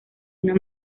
una